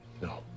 No